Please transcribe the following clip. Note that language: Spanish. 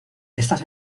estas